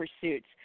pursuits